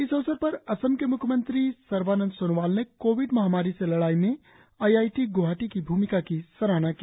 इस अवसर पर असम के म्ख्यमंत्री सर्बानंद सोनोवाल ने कोविड महामारी से लड़ाई में आई आई टी गुवाहाटी की भूमिका की सराहना की